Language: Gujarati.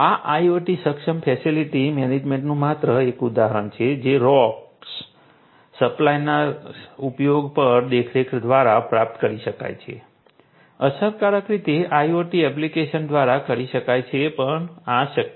આ IoT સક્ષમ ફેસિલિટી મેનેજમેન્ટનું માત્ર એક ઉદાહરણ છે જે સ્ટોક્સ સપ્લાયના ઉપયોગ પર દેખરેખ દ્વારા પ્રાપ્ત કરી શકાય છે અસરકારક રીતે IoT એપ્લિકેશન દ્વારા કરી શકાય છે આ પણ શક્ય છે